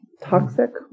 Toxic